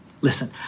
Listen